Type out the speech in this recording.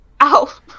Ow